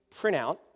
printout